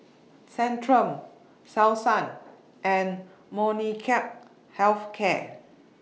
Centrum Selsun and Molnylcke Health Care